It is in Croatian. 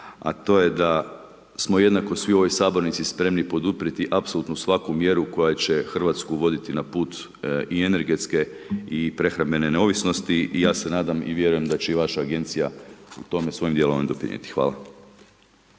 a to je da smo jednako svi u ovoj sabornici spremni poduprijeti apsolutno svaku mjeru koja će Hrvatsku voditi na put i energetske i prehrambene neovisnosti i ja se nadam i vjerujem da će i vaša agencija u tome svojim djelovanjem doprinijeti. Hvala.